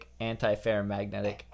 anti-ferromagnetic